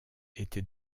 était